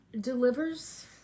delivers